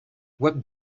web